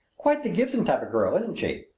quite the gibson type of girl, isn't she?